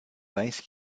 vice